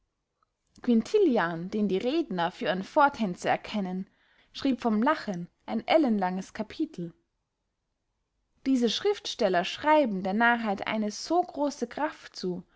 quintilian den die redner für ihren vortänzer erkennen schrieb vom lachen ein ellenlanges capitel diese schriftsteller schreiben der narrheit eine so grosse kraft zu